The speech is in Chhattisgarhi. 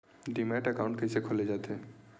डीमैट अकाउंट कइसे खोले जाथे?